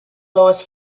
lois